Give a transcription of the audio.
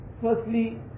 firstly